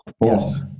Yes